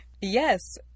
Yes